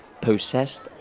possessed